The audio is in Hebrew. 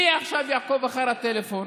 מי עכשיו יעקוב אחר הטלפון?